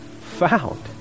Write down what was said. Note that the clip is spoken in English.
found